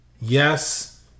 Yes